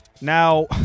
Now